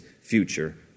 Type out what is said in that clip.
future